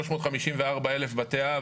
354,000 בתי אב,